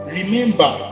Remember